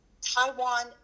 Taiwan